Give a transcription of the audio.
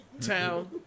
town